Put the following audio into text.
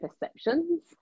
perceptions